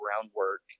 groundwork